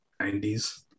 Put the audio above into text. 90s